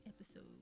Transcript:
episode